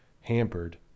hampered